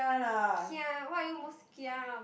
kia what are you most kia about